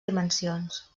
dimensions